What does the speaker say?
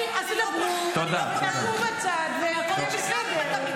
אני אומרת --- מירב בן ארי (יש עתיד): אין בעיה.